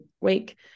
week